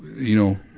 you know,